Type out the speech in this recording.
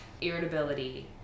irritability